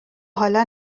حالا